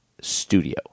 studio